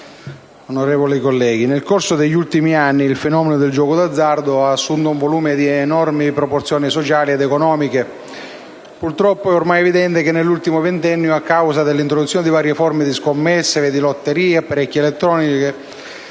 premesso che: nel corso degli ultimi anni il fenomeno del gioco d'azzardo ha assunto un volume di enormi proporzioni sociali ed economiche. Purtroppo, è ormai evidente che nell'ultimo ventennio, a causa anche dell'introduzione di varie forme di scommesse, lotterie e apparecchi elettronici,